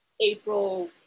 April